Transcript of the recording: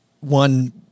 one